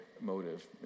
motive